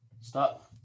Stop